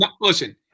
Listen